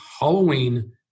Halloween